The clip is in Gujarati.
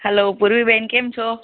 હલો પૂર્વીબેન કેમ છો